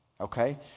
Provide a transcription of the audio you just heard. Okay